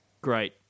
great